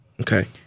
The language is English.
Okay